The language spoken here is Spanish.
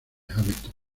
hamilton